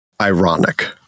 ironic